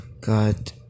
God